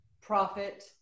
profit